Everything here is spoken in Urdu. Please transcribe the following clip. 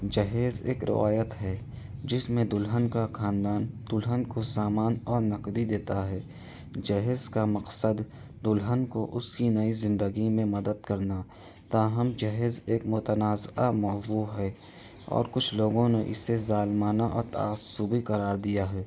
جہیز ایک روایت ہے جس میں دلہن کا خاندان دلہن کو سامان اور نقدی دیتا ہے جہیز کا مقصد دلہن کو اس کی نئی زندگی میں مدد کرنا تاہم جہیز ایک متنازعہ موضوع ہے اور کچھ لوگوں نے اسے ظالمانہ اور تعصبی قرار دیا ہے